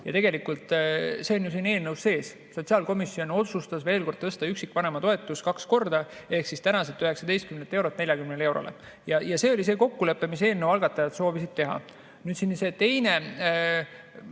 et tegelikult see on siin eelnõus sees. Sotsiaalkomisjon otsustas, veel kord, tõsta üksikvanema toetust kaks korda ehk tänaselt 19 eurolt 40 eurole. See oli see kokkulepe, mille eelnõu algatajad soovisid teha. Nüüd see teine